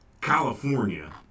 California